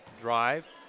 Drive